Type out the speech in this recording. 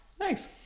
Thanks